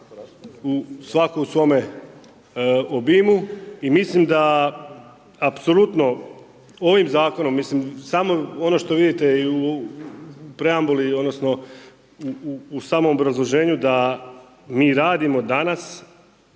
svako u svome obimu. I mislim da apsolutno ovim zakonom, mislim samo ono što vidite u preambuli, odnosno u samom obrazloženju da mi radimo danas